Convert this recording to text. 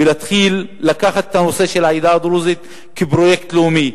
ולהתחיל לקחת את הנושא של העדה הדרוזית כפרויקט לאומי.